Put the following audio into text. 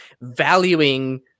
valuing